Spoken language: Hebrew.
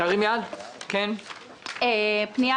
הפנייה